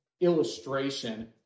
illustration